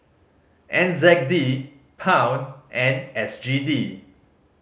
N Z D Pound and S G D